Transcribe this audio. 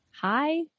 Hi